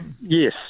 Yes